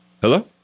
Hello